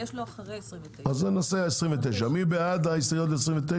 יש לו אחרי 29. אז נצביע על 29. מי בעד ההסתייגויות ל-29?